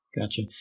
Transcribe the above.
Gotcha